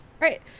Right